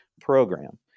program